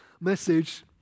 message